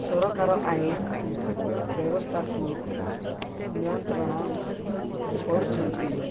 ସରକାର ଆଇନ ବ୍ୟବସ୍ଥାକୁ ନିୟନ୍ତ୍ରଣ କରୁଛନ୍ତି